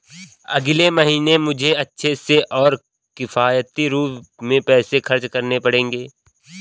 अगले महीने मुझे अच्छे से और किफायती रूप में पैसे खर्च करने पड़ेंगे